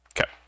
Okay